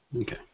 Okay